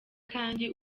kandi